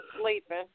sleeping